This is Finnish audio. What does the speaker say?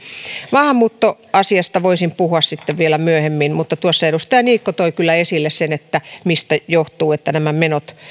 maahanmuuttoasiasta voisin puhua vielä myöhemmin mutta edustaja niikko toi kyllä esille sen mistä johtuu että nämä menot